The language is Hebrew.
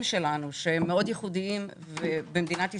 שלנו שהם מאוד ייחודיים גם במדינת ישראל.